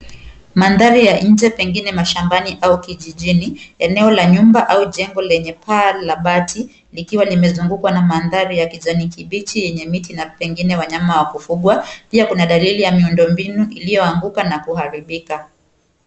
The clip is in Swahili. Mandhari ya nje pengine mashambani au kijijini eneo la nyumba au jengo lenye paa la bati likiwa limezungukwa na mandhari ya kijani kibichi yenye miti na pengine wanyama wa kufugwa . Pia kuna dalili ya miundo mbinu iliyoanguka na kuharibika.